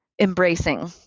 embracing